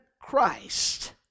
Christ